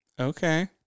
Okay